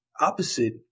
opposite